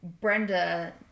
Brenda